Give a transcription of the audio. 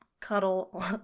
cuddle